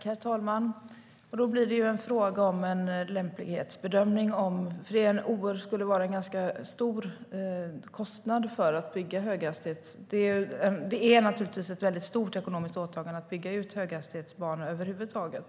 Herr talman! Då blir det fråga om en lämplighetsbedömning. Det skulle innebära en stor kostnad att bygga höghastighetsbana. Det är naturligtvis ett väldigt stort ekonomiskt åtagande att bygga ut höghastighetsbanor över huvud taget.